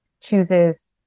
chooses